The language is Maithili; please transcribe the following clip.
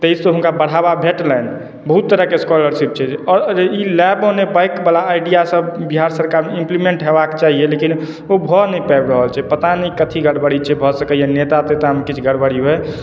ताहिसँ हुनका बढ़ावा भेटलनि बहुत तरहके स्कॉलरशिप छै ई लैब ऑन ए बाइकवला आइडियासभ बिहार सरकारके इम्प्लिमेन्ट होयबाक चाहियै लेकिन ओ भऽ नहि पाबि रहल छै पता नहि कथी गड़बड़ी छै भऽ सकैए नेता तेतामे किछु गड़बड़ी होइ